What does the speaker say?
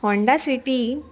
Honda city